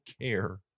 care